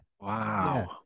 Wow